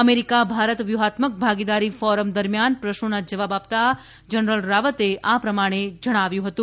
America Bharat વ્યૂહાત્મક ભાગીદારી forum દરમિયાન પ્રશ્નોના જવાબ આપતા જનરલ રાવતે આ પ્રમાણે જણાવ્યું હતું